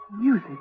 Music